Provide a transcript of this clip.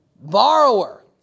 borrower